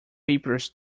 papers